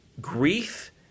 Grief